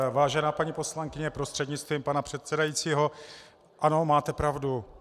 Vážená paní poslankyně prostřednictvím pana předsedajícího, ano, máte pravdu.